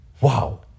Wow